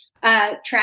Track